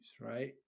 right